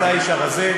אתה האיש הרזה.